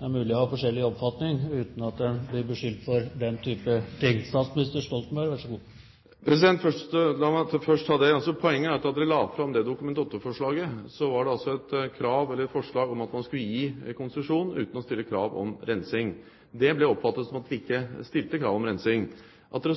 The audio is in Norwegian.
Det er mulig å ha forskjellig oppfatning uten at en blir beskyldt for den typen ting. La meg først ta det: Poenget var at dette dokument 8-forslaget var et forslag om at man skulle gi konsesjon uten å stille krav om rensing. Det blir oppfattet som at Fremskrittspartiet og Høyre ikke stilte krav om rensing. At de